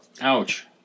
Ouch